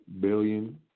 billion